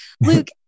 Luke